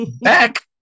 back